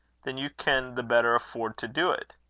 then you can the better afford to do it.